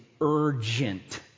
urgent